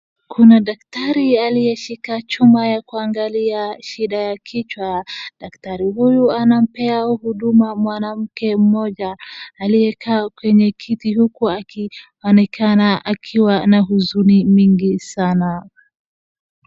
Kuna daktari aliyeshika chuma ya kuangalia shida ya kichwa. Daktari huyu anampea huduma mwanamke mmoja aliyekaa kwenye kiti huku akionekana akiwa na huzuni mingi sana.